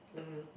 mmhmm